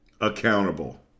accountable